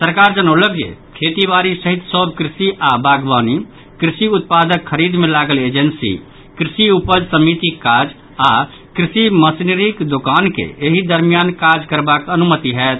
सरकार जनौलक जे खेतीबाड़ी सहित सभ कृषि आओर बागवानी कृषि उत्पादक खरीद मे लागल एजेंसी कृषि उपज समितिक काज आओर कृषि मशीनरीक दोकान के एहि दरमियान काज करबाक अनुमति होयत